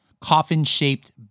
coffin-shaped